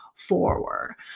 Forward